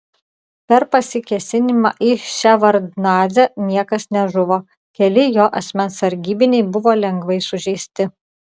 per pasikėsinimą į ševardnadzę niekas nežuvo keli jo asmens sargybiniai buvo lengvai sužeisti